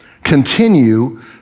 Continue